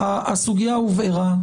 הסוגיה הובהרה.